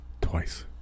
twice